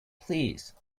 please